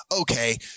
Okay